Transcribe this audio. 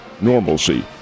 normalcy